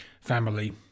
family